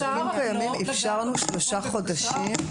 למועסקים קיימים אפשרנו שלושה חודשים.